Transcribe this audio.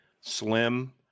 slim